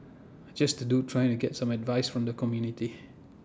just A dude trying to get some advice from the community